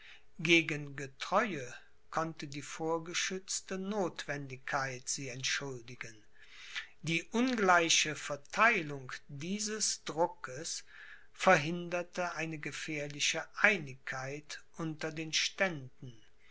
gegen getreue konnte die vorgeschützte notwendigkeit sie entschuldigen die ungleiche vertheilung dieses druckes verhinderte eine gefährliche einigkeit unter den ständen